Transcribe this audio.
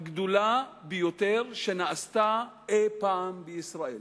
הגדולה ביותר שנעשתה אי-פעם בישראל.